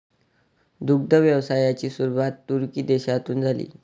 दुग्ध व्यवसायाची सुरुवात तुर्की देशातून झाली